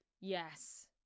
Yes